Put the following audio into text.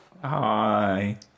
Hi